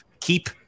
keep